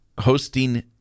hosting